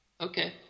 Okay